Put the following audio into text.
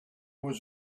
was